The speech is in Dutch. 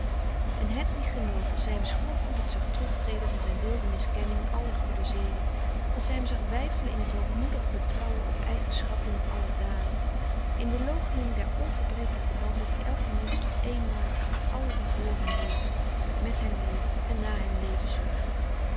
en hedwig genoot als zij hem schoorvoetend zag terugtreden van zijn wilde miskenning aller goede zede als zij hem zag weifelen in het hoogmoedig betrouwen op eigen schatting aller daden in de loochening der onverbrekelijke banden die elken mensch tot één maken met allen die vr hem leefden met hem leven en nà hem leven zullen